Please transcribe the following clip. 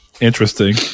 Interesting